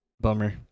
Bummer